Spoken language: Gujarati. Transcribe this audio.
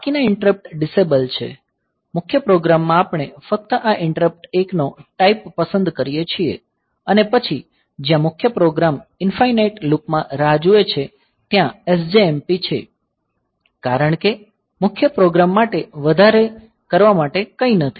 બાકીના ઈંટરપ્ટ ડિસેબલ છે મુખ્ય પ્રોગ્રામ માં આપણે ફક્ત આ ઈંટરપ્ટ 1 નો ટાઈપ પસંદ કરીએ છીએ અને પછી જ્યાં મુખ્ય પ્રોગ્રામ ઇનફાઇનાઇટ લૂપ માં રાહ જુએ છે ત્યાં sjmp છે કારણ કે મુખ્ય પ્રોગ્રામ માટે વધારે કરવા માટે કંઈ નથી